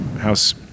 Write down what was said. house